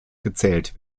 gezählt